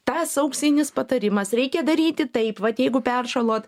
tas auksinis patarimas reikia daryti taip vat jeigu peršalot